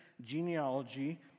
genealogy